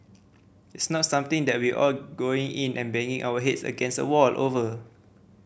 it's not something that we are going in and banging our heads against a wall over